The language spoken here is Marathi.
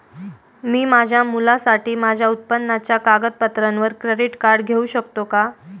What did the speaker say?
मी माझ्या मुलासाठी माझ्या उत्पन्नाच्या कागदपत्रांवर क्रेडिट कार्ड घेऊ शकतो का?